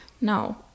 no